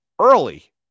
early